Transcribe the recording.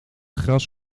gras